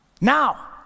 Now